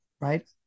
right